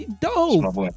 dope